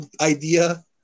idea